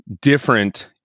different